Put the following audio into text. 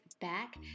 back